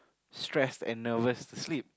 stressed and nervous to sleep